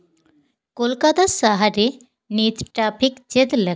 ᱠᱳᱞᱠᱟᱛᱟ ᱥᱟᱦᱟᱨ ᱨᱮ ᱱᱤᱛ ᱴᱨᱟᱯᱷᱤᱠ ᱪᱮᱫᱞᱮᱠᱟ